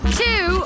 two